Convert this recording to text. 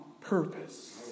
Purpose